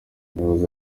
umuyobozi